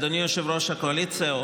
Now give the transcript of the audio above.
אדוני יושב-ראש הקואליציה,